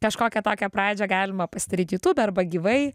kažkokią tokią pradžią galima pasidaryt jutube arba gyvai